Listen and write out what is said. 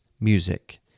music